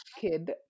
kid